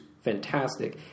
Fantastic